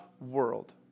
world